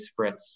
Spritz